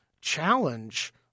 challenge